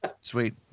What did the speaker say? Sweet